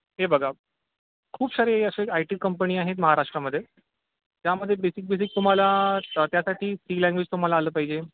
हे बघा खूप सारे असे आय टी कंपनी आहे महाराष्ट्रामध्ये त्यामध्ये बेसिक बेसिक तुम्हाला त्यासाठी सी लँग्वेज तुम्हाला आलं पाहिजे